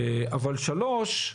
אבל דבר שלישי,